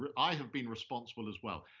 i have been responsible as well.